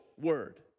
word